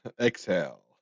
exhale